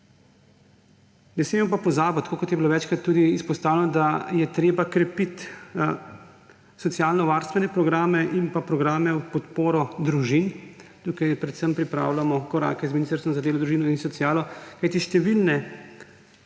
Ne smemo pa pozabiti, tako kot je bilo večkrat tudi izpostavljeno, da je treba krepiti socialnovarstvene programe in programe v podporo družin. Tukaj predvsem pripravljamo korake z Ministrstvom za delo, družino in socialne